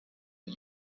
but